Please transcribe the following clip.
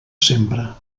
sempre